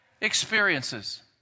experiences